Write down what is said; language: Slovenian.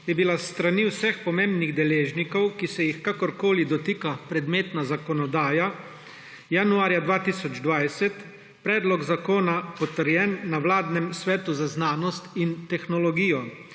je bila s strani vseh pomembnih deležnikov, ki se jih kakorkoli dotika predmetna zakonodaja, januarja 2020 predlog zakona potrjen na vladnem svetu za znanost in tehnologijo.